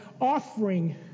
offering